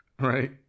right